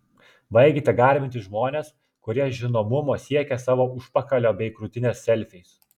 baikite garbinti žmones kurie žinomumo siekia savo užpakalio bei krūtinės selfiais